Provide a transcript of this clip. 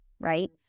right